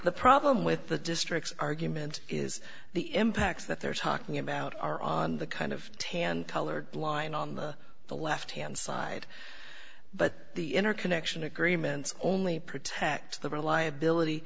the problem with the district's argument is the impacts that they're talking about are on the kind of tan colored line on the left hand side but the interconnection agreements only protects the reliability